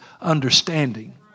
understanding